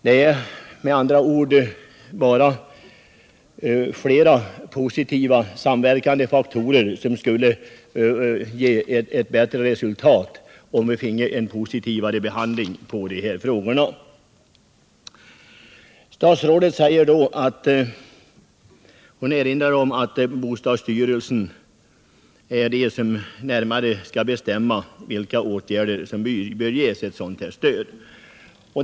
Det är med andra ord flera positiva, samverkande faktorer som skulle ge ett bättre resultat om vi finge en mer positiv behandling av låneoch bidragsfrågorna. Statsrådet erinrar om att det är bostadsstyrelsen som närmare skall bestämma vilka åtgärder som bör ges sådant stöd.